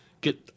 get